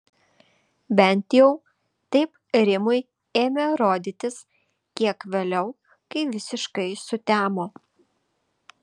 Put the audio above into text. bent jau taip rimui ėmė rodytis kiek vėliau kai visiškai sutemo